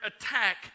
attack